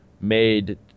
made